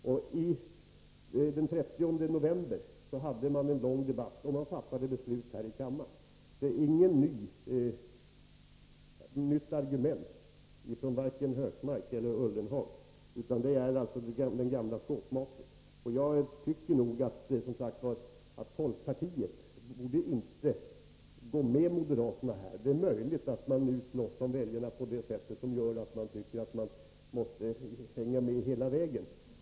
Senast den 30 november fördes en lång debatt, och beslut fattades här i kammaren. Varken Gunnar Hökmark eller Jörgen Ullenhag för nu fram några nya argument, utan det är den gamla skåpmaten. Jag tycker att folkpartiet inte borde gå med moderaterna här. Det är möjligt att man slåss om väljarna på det sättet och tycker att man måste hänga med hela vägen.